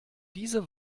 diese